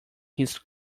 his